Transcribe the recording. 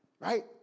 right